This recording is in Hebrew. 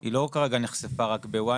היא לא נחשפה כרגע רק ב-YNET,